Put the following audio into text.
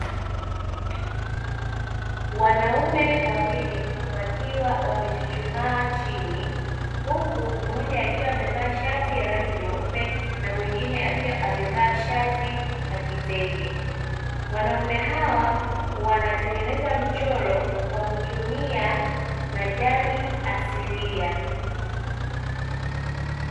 Wanaume wawili wakiwa wamechuchumaa chini huku mmoja akiwa amevaa shati ya rangi nyeupe na mwingine akiwa amevaa shati la kitenge wanaume hawa wanatengeneza mchoro kwa kutumia majani asilia.